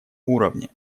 уровне